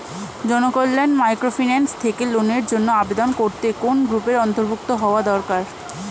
Janakalyan microfinance থেকে লোনের জন্য আবেদন করতে কোন গ্রুপের অন্তর্ভুক্ত হওয়া দরকার?